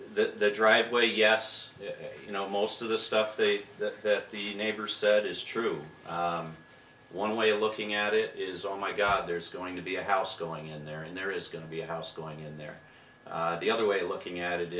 the driveway yes you know most of the stuff that the neighbor said is true one way of looking at it is oh my god there's going to be a house going in there and there is going to be a house going in there the other way looking at it